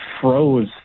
froze